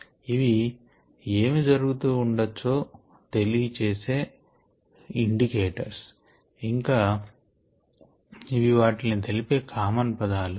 ఇవి ఏమి జరుగుతూ ఉండచ్చో తెలియచేసే సూచికలు ఇంకా ఇవి వాటిల్ని తెలిపే కామన్ పదాలు